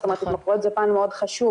זאת אומרת התמכרויות זה פן מאוד חשוב,